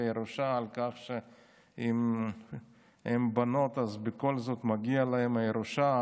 ירושה בכך שאם הן בנות אז בכל זאת מגיעה להן הירושה,